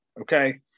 okay